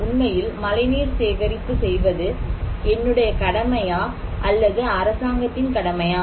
உண்மையில் மழைநீர் சேகரிப்பு செய்வது என்னுடைய கடமையா அல்லது அரசாங்கத்தின் கடமையா